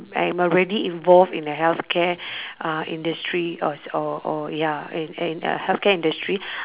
I am already involved in the healthcare uh industry or s~ or or ya in in uh healthcare industry